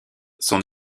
son